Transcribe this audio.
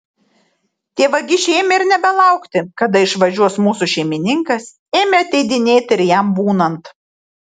tie vagišiai ėmė ir nebelaukti kada išvažiuos mūsų šeimininkas ėmė ateidinėti ir jam būnant